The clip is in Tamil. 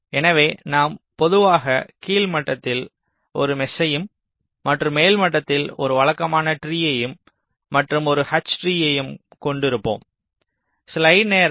எனவே நாம் பொதுவாக கீழ் மட்டத்தில் ஒரு மேஷ்யையும் மற்றும் மேல் மட்டத்தில் ஒரு வழக்கமான ட்ரீயையும் மற்றும் ஒரு h ட்ரீயையும் கொண்டு இருப்போம்